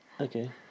Okay